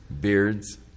beards